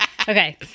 Okay